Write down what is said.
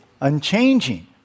unchanging